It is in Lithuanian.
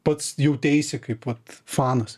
pats jauteisi kaip vat fanas